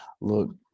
look